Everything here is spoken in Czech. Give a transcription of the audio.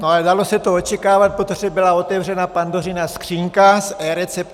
Ale dalo se to očekávat, protože byla otevřena Pandořina skříňka s eRecepty.